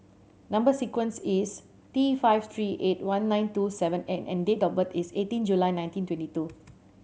number sequence is T five three eight one nine two seven N and date of birth is eighteen July nineteen twenty two